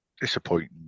disappointing